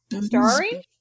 Starring